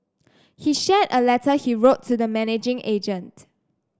he shared a letter he wrote to the managing agent